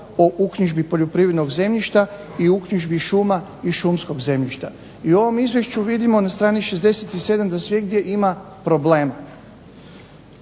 o uknjižbi poljoprivrednog zemljišta i uknjižbi šuma i šumskog zemljišta. I u ovom izvješću vidimo na strani 67. da svugdje ima problema.